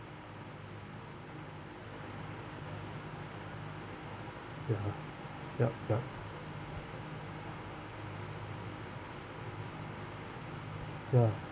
ya yup yup ya